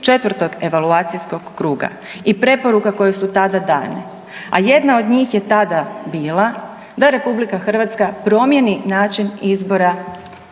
iz 4. evaluacijskog kruga i preporuka koje su tada dane. A jedna od njih je tada bila da RH promijeni način izbora